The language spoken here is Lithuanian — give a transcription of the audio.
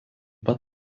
pat